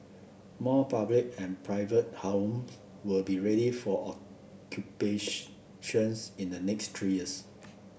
more public and private homes will be ready for in the next three years